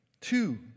Two